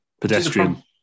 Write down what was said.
Pedestrian